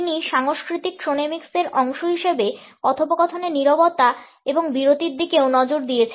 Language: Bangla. তিনি সাংস্কৃতিক ক্রোনেমিক্সের অংশ হিসাবে কথোপকথনে নীরবতা এবং বিরতির দিকেও নজর দিয়েছেন